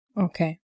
Okay